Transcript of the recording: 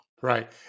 Right